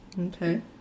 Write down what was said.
Okay